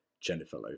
Jennifer